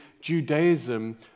Judaism